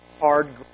Hard